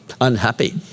unhappy